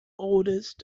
oldest